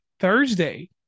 Thursday